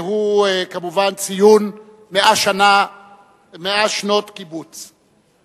והוא כמובן ציון 100 שנות קיבוץ.